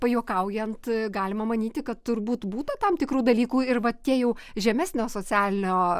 pajuokaujant galima manyti kad turbūt būta tam tikrų dalykų ir va tie jau žemesnio socialinio